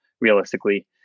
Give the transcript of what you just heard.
realistically